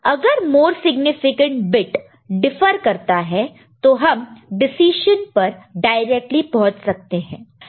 अगर more significant bit differ करता है तो हम डिसिशन पर डायरेक्टली पहुंच सकते हैं